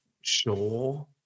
sure